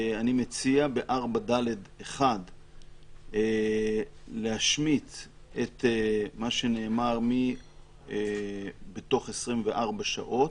אני מציע בסעיף 4(ד)(1) להשמיט את מה שנאמר מ"בתוך 24 שעות".